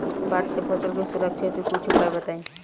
बाढ़ से फसल के सुरक्षा हेतु कुछ उपाय बताई?